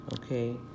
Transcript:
Okay